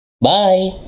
Bye